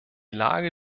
lage